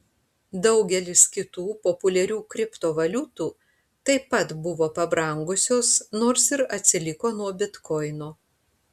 daugelis kitų populiarių kriptovaliutų taip pat buvo pabrangusios nors ir atsiliko nuo bitkoino